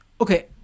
Okay